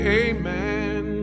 amen